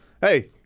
Hey